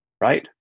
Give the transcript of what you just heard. right